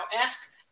ask